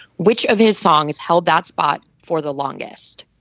which of his songs held that spot for the longest.